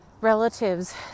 relatives